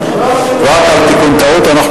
הרווחה והבריאות בדבר תיקון טעות בחוק